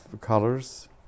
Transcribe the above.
colors